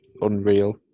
unreal